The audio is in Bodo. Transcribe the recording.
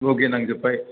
बुगिनांजोबबाय